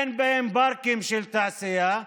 אין בהם פארקים של תעשייה,